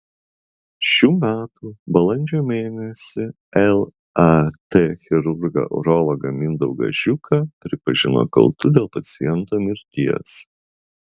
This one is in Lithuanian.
šių metų balandžio mėnesį lat chirurgą urologą mindaugą žiuką pripažino kaltu dėl paciento mirties